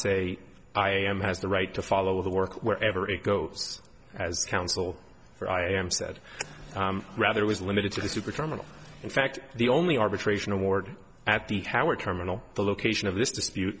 say i am has the right to follow the work wherever it goes as counsel for i am said rather was limited to the super terminal in fact the only arbitration award at the tower terminal the location of